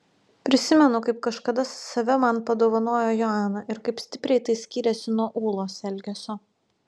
prisimenu kaip kažkada save man padovanojo joana ir kaip stipriai tai skyrėsi nuo ūlos elgesio